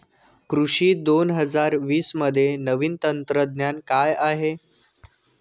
कृषी दोन हजार वीसमध्ये नवीन तंत्रज्ञान काय आहे?